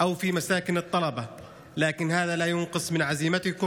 אין ספק שאתם עברתם תקופה קשה,